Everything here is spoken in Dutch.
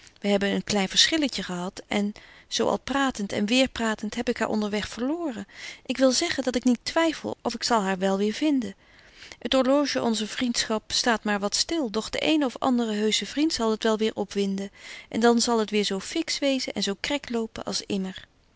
wy hebben een klein verschilletje gehad en zo al pratent en weêr pratent heb ik haar onder weg verloren ik wil zeggen dat ik niet twyffel of ik zal haar wel weêr vinden het orloge onzer vriendschap staat maar wat stil doch de eene of andere heusche vriend zal het wel weêr opwinden en dan zal het weer zo fix wyzen en zo krek lopen als immer